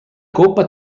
coppa